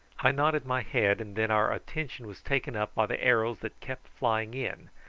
i nodded my head, and then our attention was taken up by the arrows that kept flying in,